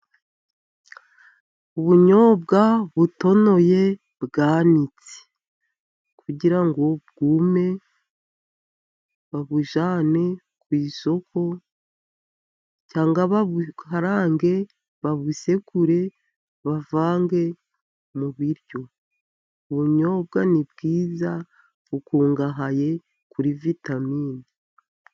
Ubunyobwa butonoye, bwanitse, kugira ngo bwume babujyane ku isoko, cyangwa babukarange, babusekure bavange mu biryo. Ubunyobwa ni bwiza, bukungahaye kuri vitamine.